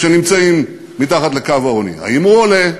שנמצאים מתחת לקו העוני, האם הוא עולה?